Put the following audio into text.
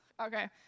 okay